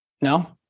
No